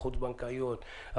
החוץ-בנקאיות,